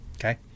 Okay